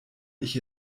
ich